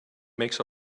makes